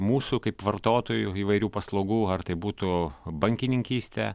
mūsų kaip vartotojų įvairių paslaugų ar tai būtų bankininkystė